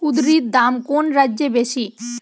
কুঁদরীর দাম কোন রাজ্যে বেশি?